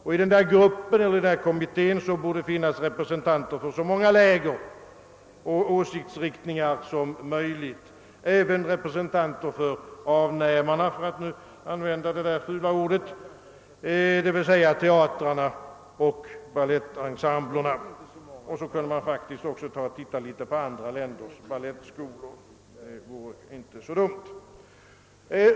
I denna grupp eller kommitté borde det finnas representanter för så många läger och intresseriktningar som möjligt, även representanter för avnämarna — för att nu använda detta fula ord — d. v. s. teatrarna och balettensemblerna. Det vore inte så dumt om man också såg litet på andra länders balettskolor.